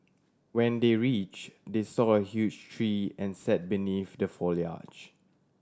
when they reach they saw a huge tree and sat beneath the foliage